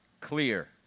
clear